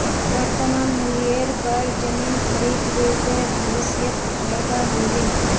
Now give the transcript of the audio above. वर्तमान मूल्येर पर जमीन खरीद ले ते भविष्यत फायदा हो बे